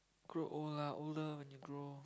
grow old lah older when you grow